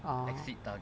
ah